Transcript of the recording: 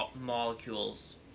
molecules